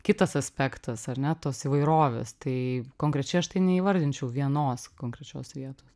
kitas aspektas ar ne tos įvairovės tai konkrečiai aš tai neįvardinčiau vienos konkrečios vietos